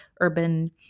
urban